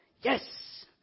Yes